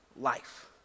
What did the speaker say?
life